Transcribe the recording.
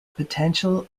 potential